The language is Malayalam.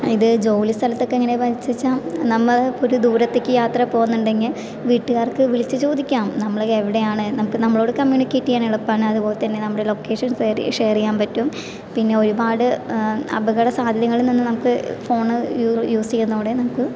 ഇത് ജോലി സ്ഥലത്തൊക്കെ എങ്ങനെയാണ് വച്ചു വച്ചാൽ നമ്മള് ഇപ്പോൾ ദൂരത്തേക്ക് യാത്ര പോകുന്നുണ്ടെങ്കിൽ വീട്ടുകാർക്ക് വിളിച്ച് ചോദിക്കാം നമ്മള് എവിടെയാണ് നമുക്ക് നമ്മളോട് കമ്മ്യൂണിക്കേറ്റ് ചെയ്യാൻ എളുപ്പമാണ് അതുപോലെ തന്നെ നമ്മുടെ ലൊക്കേഷൻ ഷെയർ ഷെയർ ചെയ്യാൻ പറ്റും പിന്നെ ഒരുപാട് അപകടസാധ്യതകളിൽ നിന്ന് നമുക്ക് ഫോണ് യൂസ് ചെയ്യുന്നതോടെ നമുക്ക്